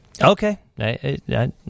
Okay